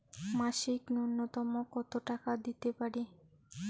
মাসিক নূন্যতম কত টাকা দিতে পারি?